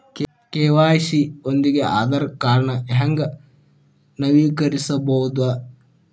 KYC ಯೊಂದಿಗ ಆಧಾರ್ ಕಾರ್ಡ್ನ ಹೆಂಗ ನವೇಕರಿಸಬೋದ